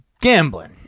gambling